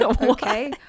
Okay